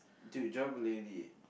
dude John-Mulaney